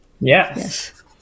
Yes